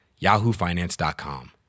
yahoofinance.com